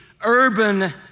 urban